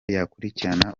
yakurikirana